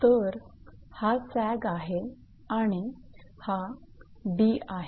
तर हा सॅग आहे आणि हा 𝑑 आहे